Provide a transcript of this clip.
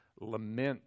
Lament